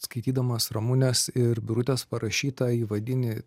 skaitydamas ramunės ir birutės parašytą įvadinį